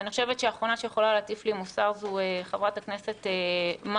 אני חושבת שהאחרונה שיכולה להטיף לי מוסר זו חברת הכנסת מארק